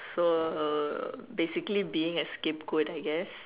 so basically being a scapegoat I guess